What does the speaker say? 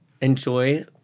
enjoy